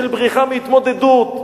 של בריחה מהתמודדות,